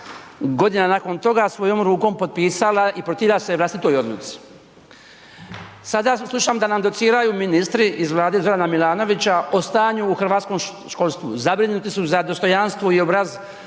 godina nakon toga svojom rukom potpisala i protivila se vlastitoj odluci. Sada slušam da nam dociraju ministri iz vlade Zorana Milanovića o stanju u hrvatskom školstvu, zabrinuti su za dostojanstvo i obraz